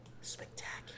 spectacular